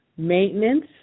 Maintenance